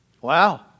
Wow